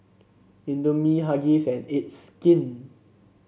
Indomie Huggies and It's Skin